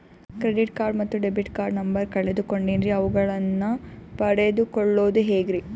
Credit card ಮತ್ತು debit card number ಕಳೆದುಕೊಂಡಿನ್ರಿ ಅವುಗಳನ್ನ ಪಡೆದು ಕೊಳ್ಳೋದು ಹೇಗ್ರಿ?